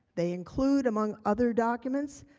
they include among other documents,